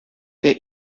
der